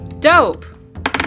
Dope